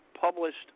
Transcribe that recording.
published